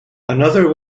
another